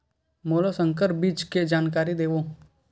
मोला संकर बीज के जानकारी देवो?